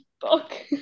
book